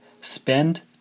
Spend